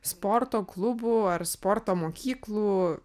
sporto klubų ar sporto mokyklų